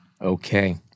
Okay